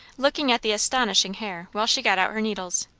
looking at the astonishing hair while she got out her needles.